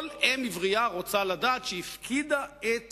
כל אם עברייה רוצה לדעת שהיא הפקידה את